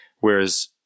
Whereas